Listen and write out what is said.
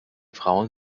frauen